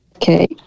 Okay